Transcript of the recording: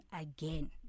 again